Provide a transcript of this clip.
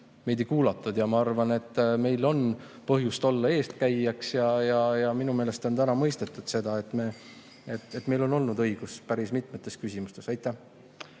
Meid ei kuulatud. Ma arvan, et meil on põhjust olla eeskäijaks. Ja minu meelest on täna mõistetud seda, et meil on olnud õigus päris mitmetes küsimustes. Istungi